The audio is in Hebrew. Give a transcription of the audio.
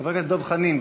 חבר הכנסת דב חנין,